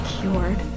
cured